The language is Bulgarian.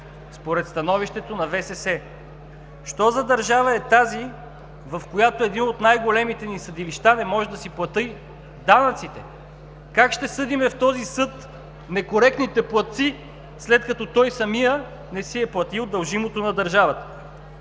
според становището на ВСС. Що за държава е тази, в която едно от най-големите ни съдилища не може да си плати данъците? Как ще съдим в този съд некоректните платци, след като той самият не си е платил дължимото на държавата?